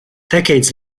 decades